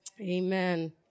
Amen